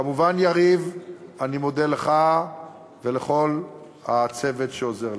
כמובן, יריב, אני מודה לך ולכל הצוות שעוזר לך.